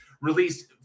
Released